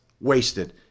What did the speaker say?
wasted